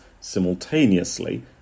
simultaneously